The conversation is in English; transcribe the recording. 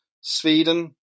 Sweden